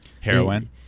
heroin